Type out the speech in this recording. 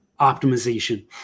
optimization